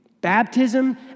Baptism